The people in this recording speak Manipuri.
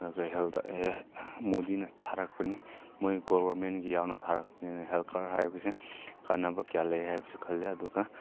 ꯑꯗꯨꯒ ꯍꯦꯜꯠꯗ ꯃꯣꯗꯤꯅ ꯊꯥꯔꯛꯄꯅꯤ ꯃꯣꯏ ꯒꯣꯕꯔꯃꯦꯟꯒꯤ ꯌꯥꯎꯅ ꯊꯥꯔꯛꯄꯅꯤꯅ ꯍꯦꯜꯠ ꯀꯥꯔꯗ ꯍꯥꯏꯕꯁꯦ ꯀꯥꯟꯅꯕ ꯀꯌꯥ ꯂꯩ ꯍꯥꯏꯕꯁꯨ ꯈꯜꯂꯤ ꯑꯗꯨꯒ